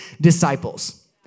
disciples